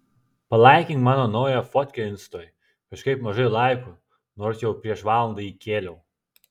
palaikink mano naują fotkę instoj kažkaip mažai laikų nors jau prieš valandą įkėliau